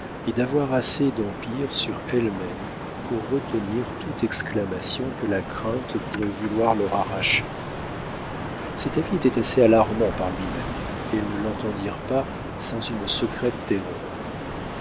et d'avoir assez d'empire sur ellesmêmes pour retenir toute exclamation que la crainte pourrait vouloir leur arracher cet avis était assez alarmant par lui-même et elles ne l'entendirent pas sans une secrète terreur